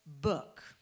book